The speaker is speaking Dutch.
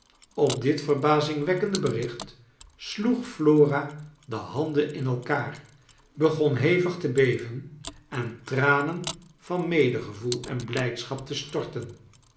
op dit verbazingwekkende bericht sloeg flora de handen in elkaar begon hevig te beven en tranen van medegevoel en blijdschap te s